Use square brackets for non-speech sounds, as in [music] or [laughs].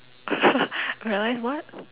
[laughs] I realize what